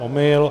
Omyl.